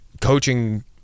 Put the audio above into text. coaching